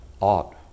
ought